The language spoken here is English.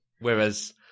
Whereas